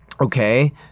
Okay